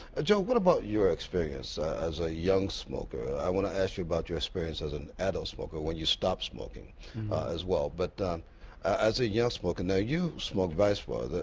ah joe, what about your experience as a young smoker? i want to ask you about your experience as an adult smoker when you stopped smoking as well, but as a young smoker, now, you smoked viceroy.